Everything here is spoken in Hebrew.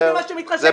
לפי מה שמתחשק לך.